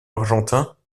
argentin